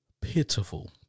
pitiful